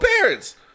parents